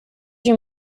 you